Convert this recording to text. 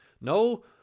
No